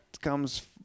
comes